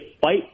fight